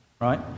right